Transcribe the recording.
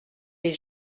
est